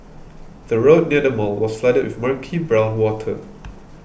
the road near the mall was flooded with murky brown water